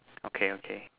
okay okay